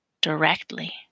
directly